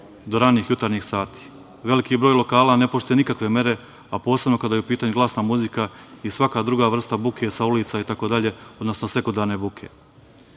do ranih jutarnjih sati. Veliki broj lokala ne poštuje nikakve mere, a posebno kada je u pitanju glasna muzika i svaka druga vrsta buke sa ulica itd, odnosno sekundarne buke.